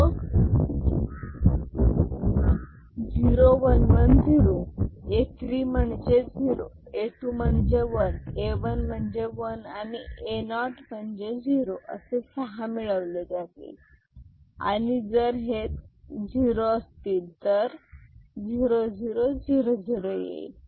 मग 0 1 1 0 A 3 म्हणजे 0 A 2 म्हणजे 1 A 1 म्हणजे 1 and A 0 म्हणजे 0 असे सहा मिळवले जाते आणि जर हेच झिरो असेल तर 0000 येईल